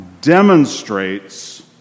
demonstrates